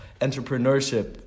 entrepreneurship